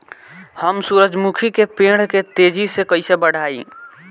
हम सुरुजमुखी के पेड़ के तेजी से कईसे बढ़ाई?